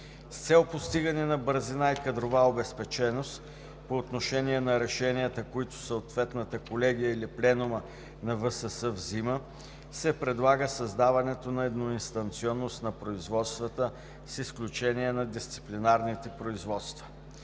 С цел постигане на бързина и кадрова обезпеченост по отношение на решенията, които съответната колегия или Пленума на ВСС взима, се предлага създаване на едноинстанционност на производствата, с изключение на дисциплинарните производства.